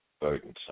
burdensome